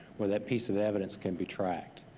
where that piece of evidence can be tracked.